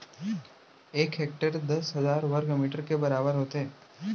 एक हेक्टर दस हजार वर्ग मीटर के बराबर होथे